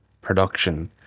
production